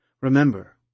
Remember